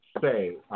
say